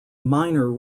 minor